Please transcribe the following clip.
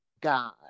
God